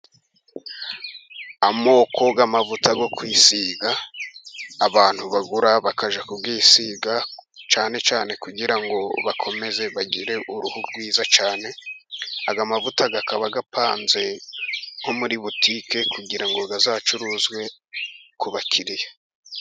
Amoko y'amavuta yo kwisiga, abantu bagura bakajya kwisiga, cyane cyane kugirango ngo bakomeze bagire uruhu rwiza cyane, aya amavuta akaba apanze nko muri botike, kugira ngo azacuruzwe ku bakiriya.